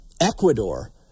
Ecuador